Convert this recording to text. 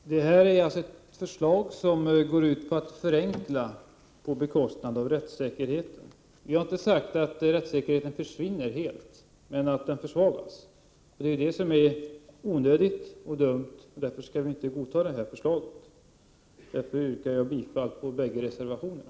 Herr talman! Det här är alltså ett förslag som går ut på att förenkla på bekostnad av rättssäkerheten. Vi har inte sagt att rättssäkerheten försvinner helt, men att den försvagas. Det är det som är onödigt och dumt. Därför skall vi inte godta det här förslaget, och därför yrkar jag bifall till båda reservationerna.